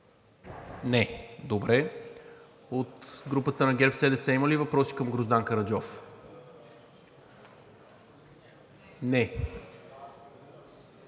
Не, добре. От групата на ГЕРБ-СДС има ли въпроси към Гроздан Караджов? Не,